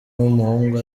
w’umuhungu